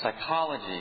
psychology